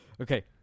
Okay